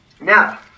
Now